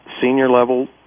senior-level